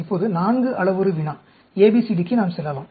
இப்போது 4 அளவுரு வினா ABCD க்கு நாம் செல்லலாம்